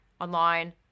online